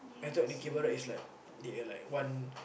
I thought dikir barat is like they are like one